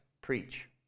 preach